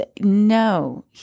no